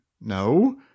no